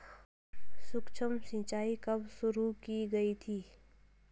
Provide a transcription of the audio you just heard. सूक्ष्म सिंचाई कब शुरू की गई थी?